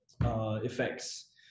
effects